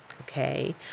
Okay